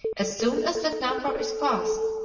as soon as that number is past,